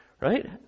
right